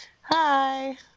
Hi